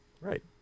Right